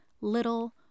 Little